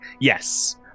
Yes